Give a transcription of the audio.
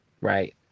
right